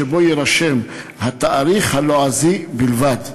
שבו יירשם התאריך הלועזי בלבד.